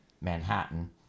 Manhattan